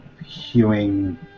hewing